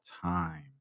time